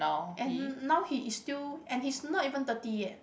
and now he is still and he is not even thirty yet